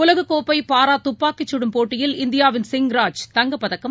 உலகக்கோப்பைபாராதுப்பாக்கிச் சுடும் போட்டியில் இந்தியாவின் சிங் ராஜ் தங்கப்பதக்கம்